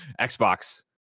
xbox